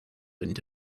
into